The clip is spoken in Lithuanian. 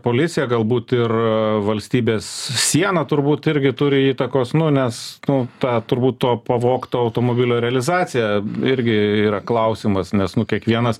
policija galbūt ir valstybės siena turbūt irgi turi įtakos nu nes nu ta turbūt to pavogto automobilio realizacija irgi yra klausimas nes nu kiekvienas